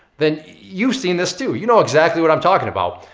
then you've seen this, too. you know exactly what i'm talking about.